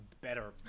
better